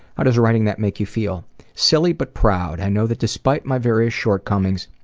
how does writing that make you feel silly but proud. i know that despite my various shortcomings,